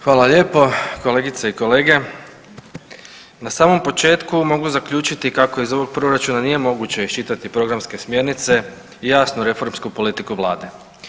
Hvala lijepo kolegice i kolege, na samom početku mogu zaključiti kako iz ovog Proračuna nije moguće iščitati programske smjernice i jasnu reformsku politiku Vlade.